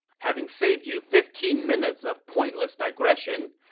having saved you fifteen minutes of pointless digression,